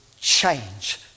change